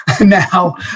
now